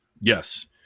Yes